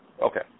Okay